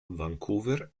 vancouver